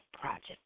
Project